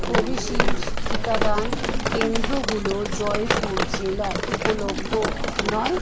Covishield টিকাদান কেন্দ্রগুলো জয়পুর জেলায় উপলব্ধ নয়